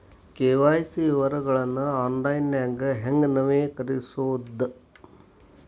KYC ವಿವರಗಳನ್ನ ಆನ್ಲೈನ್ಯಾಗ ಹೆಂಗ ನವೇಕರಿಸೋದ